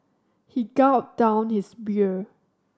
he gulped down his beer